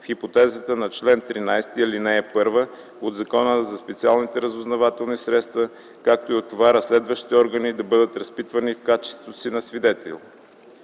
в хипотезата на чл. 13, ал. 1 от Закона за специалните разузнавателни средства, както и на това разследващите органи да бъдат разпитвани в качеството на свидетели.